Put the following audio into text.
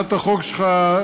שהצעת החוק שלך,